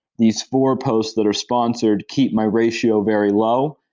these four posts that are sponsored keep my ratio very low,